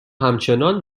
همچنان